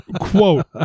Quote